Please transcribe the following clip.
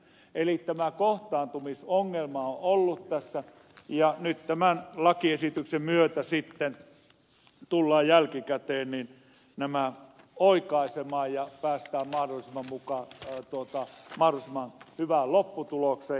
eli tämä kohtaantumisongelma on ollut tässä ja nyt tämän lakiesityksen myötä tullaan jälkikäteen nämä oikaisemaan ja päästään mahdollisimman hyvään lopputulokseen